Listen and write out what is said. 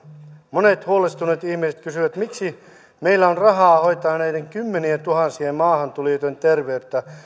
monet huolestuneet ihmiset kysyvät miksi meillä on rahaa hoitaa näiden kymmenientuhansien maahantulijoiden terveyttä